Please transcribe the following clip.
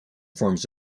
forms